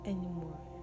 Anymore